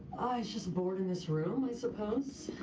was just bored in this room, i suppose,